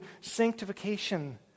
sanctification